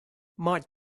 might